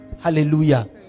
Hallelujah